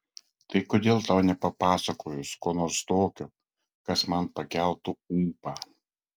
tai kodėl tau nepapasakojus ko nors tokio kas man pakeltų ūpą